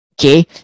Okay